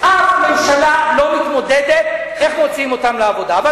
אף ממשלה לא מתמודדת עם איך מוציאים אותם לעבודה.